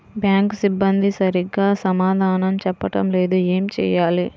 Bank సిబ్బంది సరిగ్గా సమాధానం చెప్పటం లేదు ఏం చెయ్యాలి?